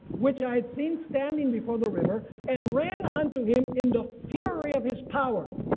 which i had seen standing before the river, and ran unto him in the fury of his power.